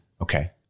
Okay